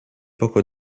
poco